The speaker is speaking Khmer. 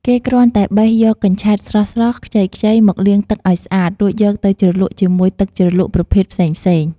គេគ្រាន់តែបេះយកកញ្ឆែតស្រស់ៗ ខ្ចីៗ មកលាងទឹកឲ្យស្អាត រួចយកទៅជ្រលក់ជាមួយទឹកជ្រលក់ប្រភេទផ្សេងៗ។